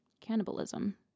cannibalism